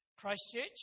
Christchurch